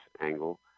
angle